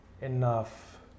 enough